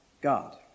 God